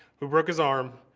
who broke his arm,